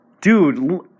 Dude